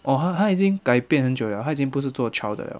oh 她她已经改变很久 liao 她已经不是做 child 的 liao